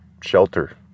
shelter